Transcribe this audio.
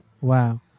Wow